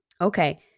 okay